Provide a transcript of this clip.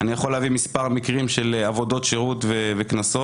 אני יכול להביא מספר מקרים של עבודות שירות וקנסות.